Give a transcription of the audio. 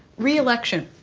re-election.